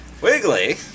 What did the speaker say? Wiggly